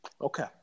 Okay